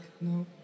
No